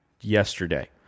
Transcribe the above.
yesterday